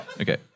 Okay